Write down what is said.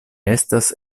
estas